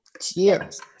Cheers